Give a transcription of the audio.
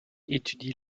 étudie